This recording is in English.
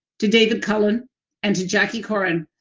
to david cullen and to jackie corin,